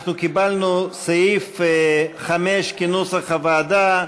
אנחנו קיבלנו סעיף 5, כנוסח הוועדה.